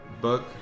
book